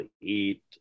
eat